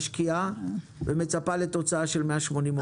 משקיעה ומצפה לתוצאה של 180 עובדים.